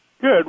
Good